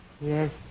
Yes